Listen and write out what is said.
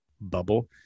bubble